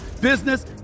business